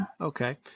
Okay